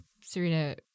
Serena